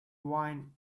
wine